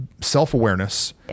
self-awareness